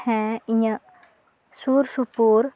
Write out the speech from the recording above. ᱦᱮᱸ ᱤᱧᱟᱹᱜ ᱥᱩᱨ ᱥᱩᱯᱩᱨ